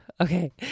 Okay